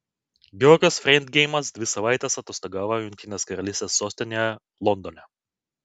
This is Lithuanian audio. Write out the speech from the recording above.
georgas freidgeimas dvi savaites atostogavo jungtinės karalystės sostinėje londone